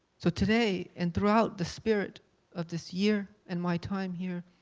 so today and throughout the spirit of this year and my time here,